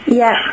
yes